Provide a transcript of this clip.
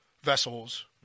vessels